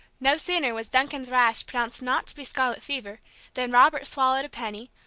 no sooner was duncan's rash pronounced not to be scarlet fever than robert swallowed a penny,